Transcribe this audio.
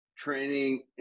training